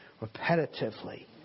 repetitively